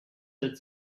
that